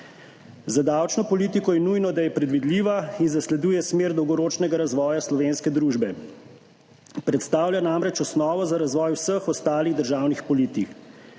Za davčno politiko je nujno, da je predvidljiva in zasleduje smer dolgoročnega razvoja slovenske družbe, predstavlja namreč osnovo za razvoj vseh ostalih državnih politik.